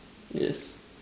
yes